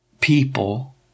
people